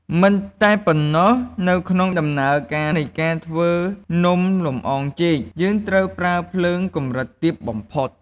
មិនតែប៉ុណ្ណោះ នៅក្នុងដំណើរការនៃការធ្វើនំលម្អងចេក យើងត្រូវប្រើភ្លើងកម្រិតទាបបំផុត។